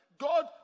god